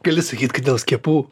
gali sakyt kad dėl skiepų